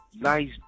Nice